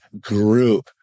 group